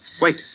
Wait